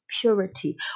purity